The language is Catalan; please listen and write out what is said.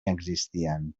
existien